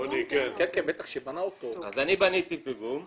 אני בניתי פיגום.